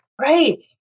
Right